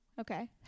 Okay